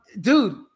dude